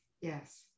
Yes